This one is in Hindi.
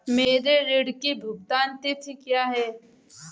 मेरे ऋण की भुगतान तिथि क्या है?